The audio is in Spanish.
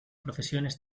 profesiones